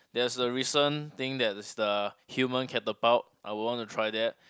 there is the recent thing that is the human catapult I would wanna try that